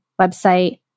website